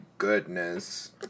goodness